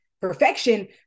Perfection